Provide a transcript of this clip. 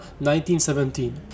1917